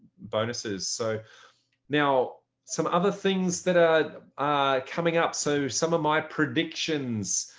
bonuses. so now some other things that are coming up. so some of my predictions